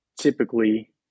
typically